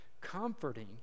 comforting